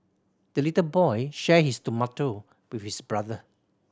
the little boy shared his tomato with his brother